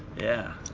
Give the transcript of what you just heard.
yeah.